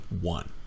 one